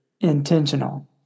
intentional